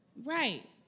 Right